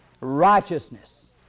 righteousness